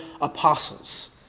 apostles